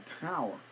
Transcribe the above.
power